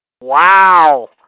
Wow